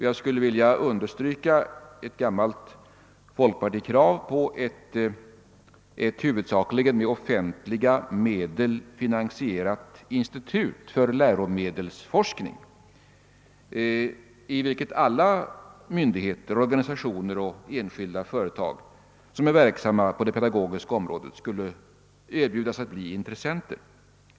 Jag skulle vilja understryka ett gammalt folkpartikrav på ett, huvudsakligen med offentliga medel finansierat institut för läromedelsforskning, i vilket alla myndigheter, organisationer och enskilda företag, som är verksamma på det pedagogiska området, skulle erbjudas att bli intressenter.